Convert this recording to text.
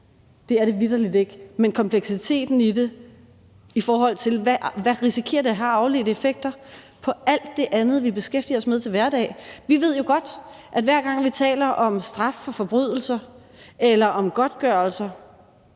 det er det vitterlig ikke, men det er komplekst, i forhold til hvad det risikerer at have af afledte effekter på alt det andet, vi beskæftiger os med til hverdag. Vi ved jo godt, at hver gang vi taler om straf for forbrydelser eller om godtgørelser,